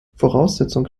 voraussetzung